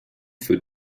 für